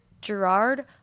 Gerard